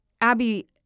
Abby